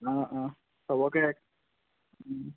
অঁ অঁ চবকে